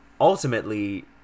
ultimately